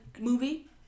movie